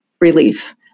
relief